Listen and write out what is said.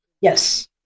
Yes